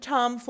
Tom